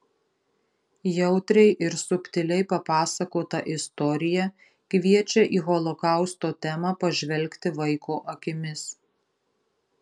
jautriai ir subtiliai papasakota istorija kviečia į holokausto temą pažvelgti vaiko akimis